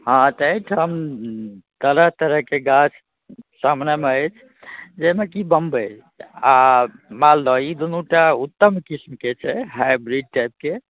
हँ तऽ एहिठाम तरह तरहके गाछ सामनेमे अछि जाहिमे कि बम्बइ आओर मालदह ई दुनूटा उत्तम किसिमके छै हाइब्रिड टाइपके